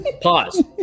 pause